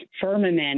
firmament